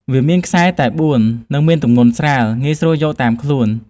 វាមានខ្សែតែបួន និងមានទម្ងន់ស្រាល ងាយស្រួលយកតាមខ្លួន។